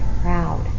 proud